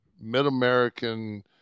mid-American